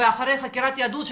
אחרי חקירת יהדות,